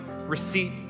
receipt